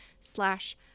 slash